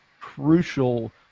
crucial